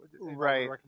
Right